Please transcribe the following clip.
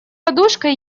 подушкой